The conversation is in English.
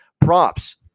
Props